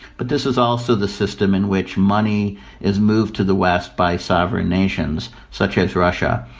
but this is also the system in which money is moved to the west by sovereign nations such as russia.